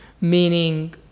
meaning